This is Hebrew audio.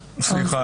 סליחה,